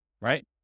right